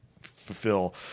fulfill